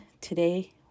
today